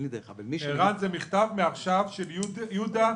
אפשרות -- ערן, זה מכתב מעכשיו של יהודה מוסנגנו.